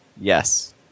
yes